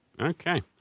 Okay